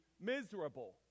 miserable